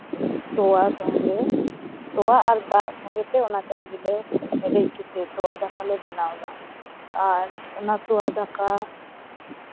ᱛᱚᱣᱟ ᱥᱚᱸᱜᱮ ᱛᱚᱣᱟ ᱟᱨ ᱫᱟᱜ ᱥᱚᱸᱜᱮᱛᱮ ᱚᱱᱟ ᱪᱟᱣᱞᱮ ᱞᱮ ᱦᱮᱰᱮᱡ ᱠᱟᱛᱮᱫ ᱛᱚᱣᱟ ᱫᱟᱠᱟᱞᱮ ᱵᱮᱱᱟᱣᱫᱟ ᱟᱨ ᱚᱱᱟ ᱛᱚᱣᱟ ᱫᱟᱠᱟ